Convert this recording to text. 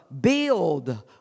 build